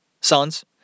sons